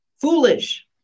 Foolish